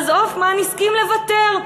אז הופמן הסכים לוותר,